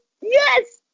Yes